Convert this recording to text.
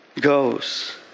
goes